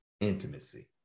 intimacy